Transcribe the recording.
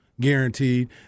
guaranteed